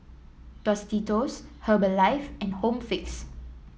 Tostitos Herbalife and Home Fix